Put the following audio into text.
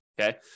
okay